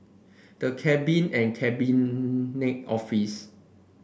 the Cabin and Cabinet Office